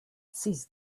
seize